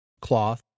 cloth